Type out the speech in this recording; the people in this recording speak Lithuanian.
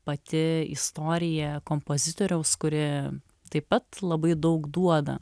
pati istorija kompozitoriaus kuri taip pat labai daug duoda